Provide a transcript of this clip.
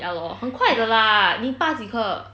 ya lor 很快的 lah 你拔几颗